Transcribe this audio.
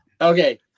Okay